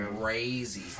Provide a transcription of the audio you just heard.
crazy